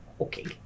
okay